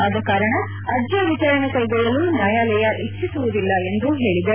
ಆದ ಕಾರಣ ಅರ್ಜಿಯ ವಿಚಾರಣೆ ಕೈಗೊಳ್ಳಲು ನ್ಯಾಯಾಲಯ ಇಚ್ಚಿಸುವುದಿಲ್ಲ ಎಂದು ಹೇಳಿದೆ